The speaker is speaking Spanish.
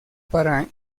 para